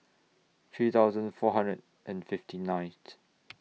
three thousand four hundred and fifty ninth